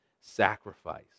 sacrifice